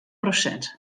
prosint